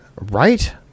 Right